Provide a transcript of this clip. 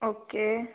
okay